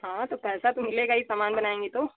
हाँ तो पैसा तो मिलेगा ही सामान बनाएँगीं तो